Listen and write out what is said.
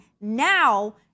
now